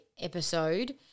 episode